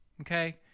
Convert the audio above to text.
okay